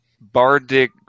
Bardic